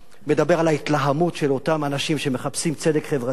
מדבר על ההתלהמות של אותם אנשי שמחפשים צדק חברתי,